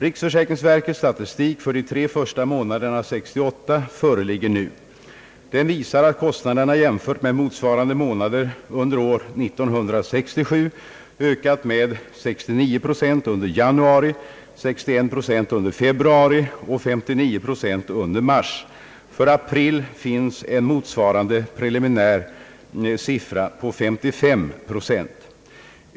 Riksförsäkringsverkets statistik för de tre första månaderna 1968 föreligger nu. Den visar att kost naderna jämfört med motsvarande månader under år 1967 ökat med 69 procent under januari, 61 procent under februari och 59 procent under mars. För april finns en motsvarande preliminär siffra på 55 procent.